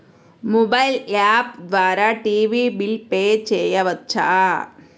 Mobile app ద్వారా TV bill pay చేయవచ్చా?